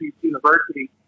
University